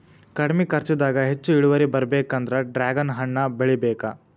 ಕಡ್ಮಿ ಕರ್ಚದಾಗ ಹೆಚ್ಚ ಇಳುವರಿ ಬರ್ಬೇಕಂದ್ರ ಡ್ರ್ಯಾಗನ್ ಹಣ್ಣ ಬೆಳಿಬೇಕ